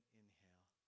inhale